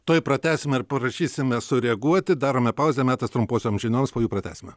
tuoj pratęsime ir parašysime sureaguoti darome pauzę metas trumposiom žinioms po jų pratęsime